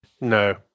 no